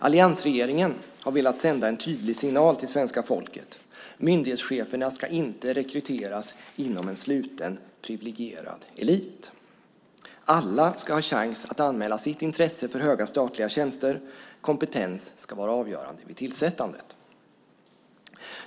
Alliansregeringen har velat sända en tydlig signal till svenska folket: Myndighetscheferna ska inte rekryteras inom en sluten privilegierad elit. Alla ska ha chans att anmäla sitt intresse för höga statliga tjänster. Kompetens ska vara avgörande vid tillsättandet.